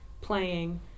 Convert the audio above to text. playing